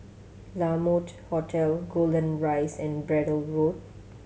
La Mode Hotel Golden Rise and Braddell Road